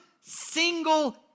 single